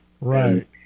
Right